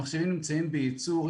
המחשבים נמצאים בייצור.